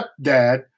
stepdad